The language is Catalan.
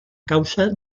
causa